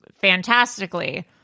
fantastically